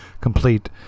complete